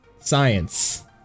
Science